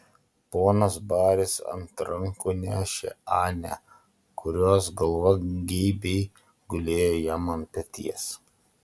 ponas baris ant rankų nešė anę kurios galva geibiai gulėjo jam ant peties